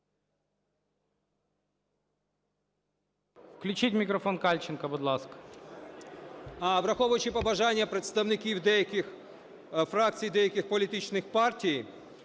Враховуючи побажання представників деяких фракцій деяких політичних партій,